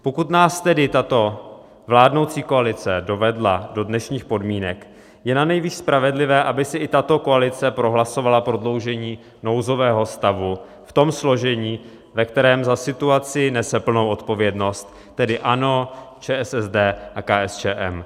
Pokud nás tedy tato vládnoucí koalice dovedla do dnešních podmínek, je nanejvýš spravedlivé, aby si i tato koalice prohlasovala prodloužení nouzového stavu v tom složení, ve kterém za situaci nese plnou odpovědnost, tedy ANO, ČSSD a KSČM.